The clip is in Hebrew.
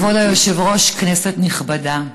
כבוד היושב-ראש, כנסת נכבדה,